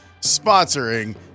sponsoring